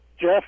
Jeff